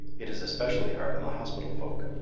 it is especially hard on the hospital folk,